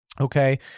Okay